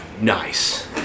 nice